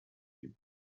dem